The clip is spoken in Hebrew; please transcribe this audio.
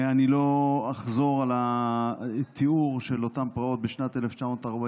אני לא אחזור על התיאור של אותן פרעות בשנת 1941,